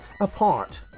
apart